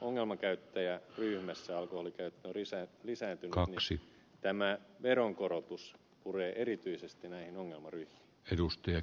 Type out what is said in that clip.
kun ongelmakäyttäjäryhmässä alkoholinkäyttö on lisääntynyt tämä veron korotus puree erityisesti näihin ongelmaryhmiin